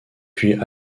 puis